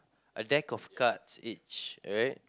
a deck of cards each alright